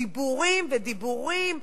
דיבורים ודיבורים,